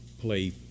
play